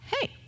Hey